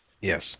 Yes